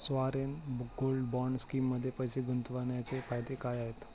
Sovereign gold bond स्कीममध्ये पैसे गुंतवण्याचे फायदे काय आहेत?